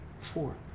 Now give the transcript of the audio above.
four